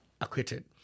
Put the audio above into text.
acquitted